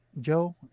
Joe